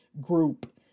group